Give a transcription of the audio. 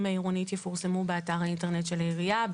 העירונית יפורסמו באתר האינטרנט של העירייה,